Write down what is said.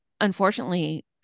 unfortunately